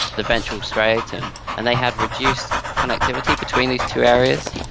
the ventral striatum, and they had reduced connectivity between these two areas.